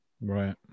Right